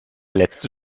letzte